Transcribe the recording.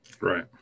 Right